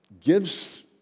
gives